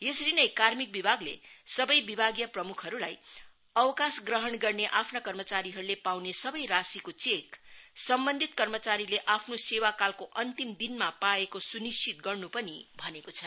यसरी नै कार्मिक विभागले सबै विभागीय प्रमुखहरूलाई अवकाश ग्रहण गर्ने आफ्ना कर्मचारीहरूले पाउने सबै राशिको चेक सम्बन्धित कर्मचारीले आफ्नो सेवाकालको अन्तिम दिनमा पाएको निश्चित गर्न् पनि भनेको छ